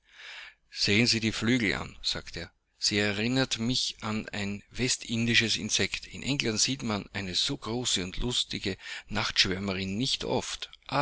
sehen sie die flügel an sagte er sie erinnert mich an ein westindisches insekt in england sieht man eine so große und lustige nachtschwärmerin nicht oft